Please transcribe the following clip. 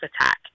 attack